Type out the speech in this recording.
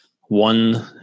one